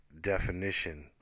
definition